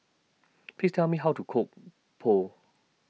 Please Tell Me How to Cook Pho